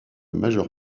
majeure